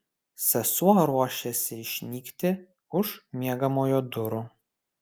sesuo ruošėsi išnykti už miegamojo durų